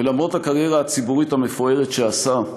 ולמרות הקריירה הציבורית המפוארת שעשה,